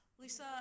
Lisa